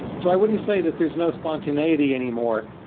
so i wouldn't say that there's no spontaneity anymore,